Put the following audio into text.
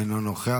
אינו נוכח,